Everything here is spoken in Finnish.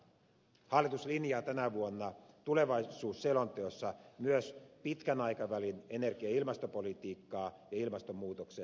hallitus linjaa tänä vuonna tulevaisuusselonteossa myös pitkän aikavälin energia ja ilmastopolitiikkaa ja ilmastonmuutokseen sopeutumista